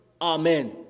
amen